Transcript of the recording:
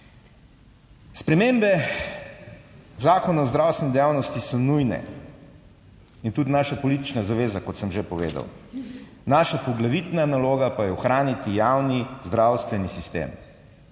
Spremembe Zakona o zdravstveni dejavnosti so nujne in tudi naša politična zaveza, kot sem že povedal, naša poglavitna naloga pa je ohraniti javni zdravstveni sistem,